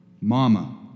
mama